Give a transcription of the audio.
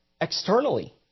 externally